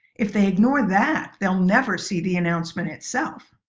if they ignore that, they'll never see the announcement itself.